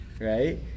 right